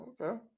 okay